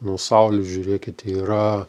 nu saulė žiūrėkite yra